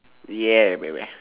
yeah baby